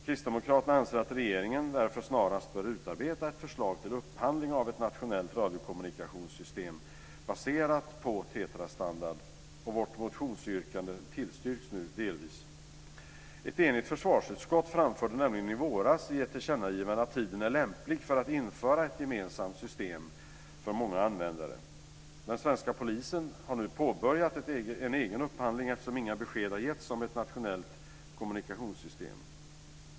Kristdemokraterna anser att regeringen därför snarast bör utarbeta ett förslag till upphandling av ett nationellt radiokommunikationssystem baserat på Ett enigt försvarsutskott framförde i våras i ett tillkännagivande att tiden är lämplig för att införa ett gemensamt system för många användare. Den svenska polisen har nu påbörjat en egen upphandling eftersom inga besked har getts om ett nationellt kommunikationssystem.